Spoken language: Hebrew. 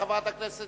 חברת הכנסת